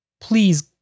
please